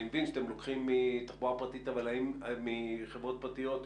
אני מבין שאתם לוקחים מחברות פרטיות,